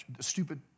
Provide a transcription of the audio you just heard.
stupid